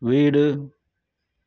வீடு